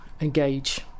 engage